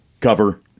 cover